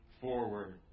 forward